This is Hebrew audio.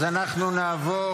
אז אנחנו נעבור